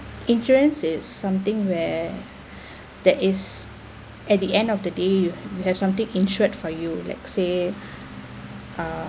insurance is something where that is at the end of the day you you have something insured for you let's say uh